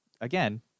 again